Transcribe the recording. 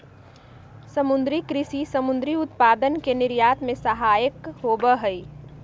समुद्री कृषि समुद्री उत्पादन के निर्यात में सहायक होबा हई